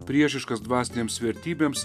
priešiškas dvasinėms vertybėms